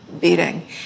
beating